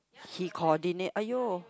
he coordinate !aiyo!